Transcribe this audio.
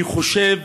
אני חושב